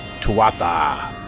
Tuatha